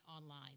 online